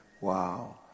Wow